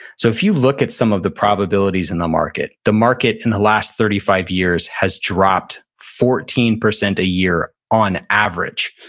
so if you look at some of the probabilities in the market, the market in the last thirty five years has dropped fourteen percent a year on average.